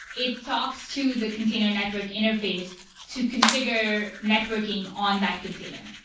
it talks to the container network interface to configure networking on that container.